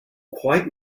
quite